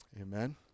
amen